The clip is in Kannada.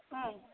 ಹ್ಞೂ